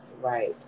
Right